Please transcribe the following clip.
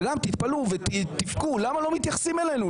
וגם תתפלאו ותבכו: למה לא מתייחסים אלינו?